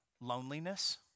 Loneliness